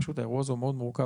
פשוט האירוע הזה הוא מאוד מורכב.